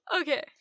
Okay